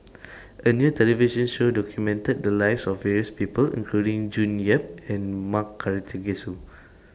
A New television Show documented The Lives of various People including June Yap and M Karthigesu